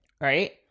right